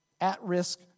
at-risk